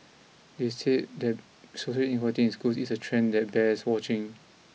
they said that social inequality in schools is a trend that bears watching